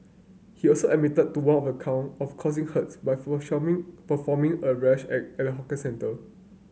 he also admitted to one of the count of causing hurt by performing a rash act at a hawker centre